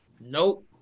Nope